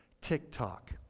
TikTok